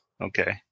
Okay